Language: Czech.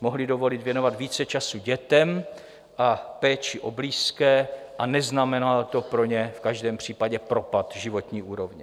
mohli dovolit věnovat více času dětem, péči o blízké, a neznamenalo to pro ně v každém případě propad životní úrovně.